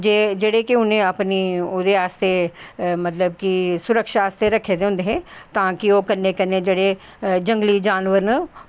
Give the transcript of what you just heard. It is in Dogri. जेह्ड़े कि उनें अपनें ओह्दे आस्ते मतलव कि सुरक्षा आस्तै रक्खे दे हे होंदे हे ताकि ओह् कन्नैं कन्नैं जेह्ड़े जंगली जानवर न